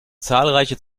zahlreiche